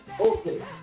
Okay